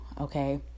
okay